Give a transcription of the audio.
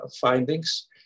findings